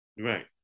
Right